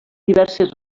diverses